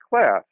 class